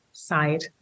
side